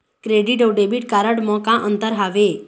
Credit अऊ debit card म का अंतर हावे?